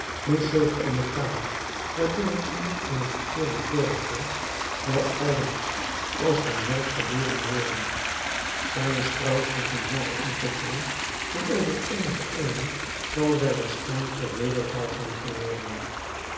moest zulk eene taal waardoor het gemak van het verkeer bevorderd wordt wel allengs als van zelf geboren worden zij is trouwens nog in hare ontwikkeling maar over eenige eeuwen zal zij waarschijnlijk tot wereldtaal zijn geworden